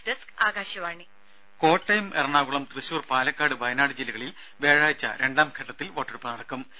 news desk Akashvani രും കോട്ടയം എറണാകുളം തൃശൂർ പാലക്കാട് വയനാട് ജില്ലകളിൽ വ്യാഴാഴ്ച രണ്ടാംഘട്ടത്തിൽ വോട്ടെടുപ്പ് നടക്കും